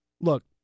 Look